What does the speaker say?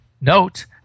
note